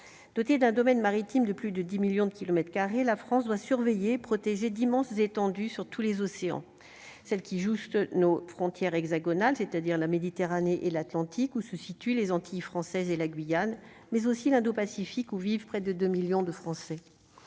doté d'un domaine maritime, de plus de 10 millions de kilomètres carré, la France doit surveiller, protéger d'immenses étendues sur tous les océans, celle qui juste nos frontières hexagonales, c'est-à-dire la Méditerranée et l'Atlantique, où se situent les Antilles françaises et la Guyane, mais aussi l'indo-Pacifique où vivent près de 2 millions de Français,